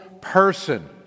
person